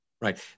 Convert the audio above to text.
Right